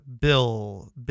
bill